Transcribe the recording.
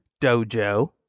Dojo